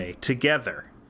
together